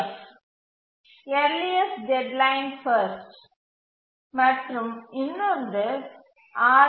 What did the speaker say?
F earliest deadline first மற்றும் இரண்டாவது R